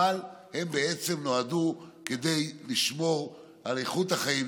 אבל הם בעצם נועדו לשמור על איכות החיים,